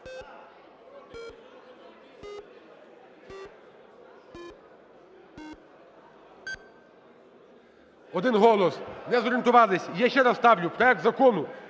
Один голос. Не зорієнтувались. Я ще раз ставлю, проект Закону